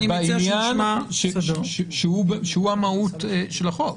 בעניין שהוא המהות של החוק.